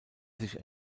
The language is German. sich